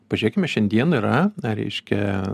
pažiūrėkime šiandien yra reiškia